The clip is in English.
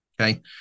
Okay